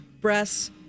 breasts